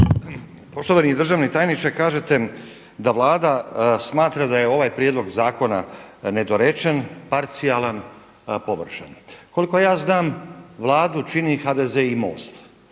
Poštovani državni tajniče, kažete da Vlada smatra da je ovaj prijedlog zakona nedorečen, parcijalan, površan. Koliko ja znam Vladu čini HDZ i MOST.